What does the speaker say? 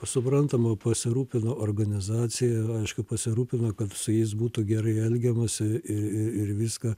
suprantama pasirūpino organizacija aišku pasirūpino kad su jais būtų gerai elgiamasi ir viską